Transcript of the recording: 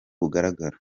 bugaragara